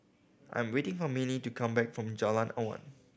I am waiting for Mannie to come back from Jalan Awan